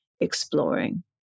exploring